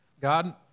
God